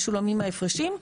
משולמים ההפרשים,